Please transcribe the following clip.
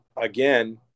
again